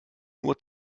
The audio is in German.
nur